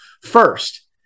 First